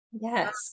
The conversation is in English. yes